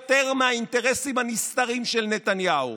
יותר מהאינטרסים הנסתרים של נתניהו.